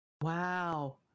Wow